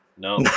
No